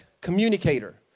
communicator